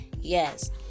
Yes